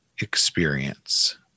experience